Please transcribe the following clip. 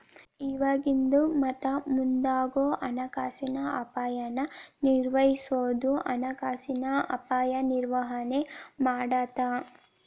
ಇವಾಗಿಂದು ಮತ್ತ ಮುಂದಾಗೋ ಹಣಕಾಸಿನ ಅಪಾಯನ ನಿರ್ವಹಿಸೋದು ಹಣಕಾಸಿನ ಅಪಾಯ ನಿರ್ವಹಣೆ ಮಾಡತ್ತ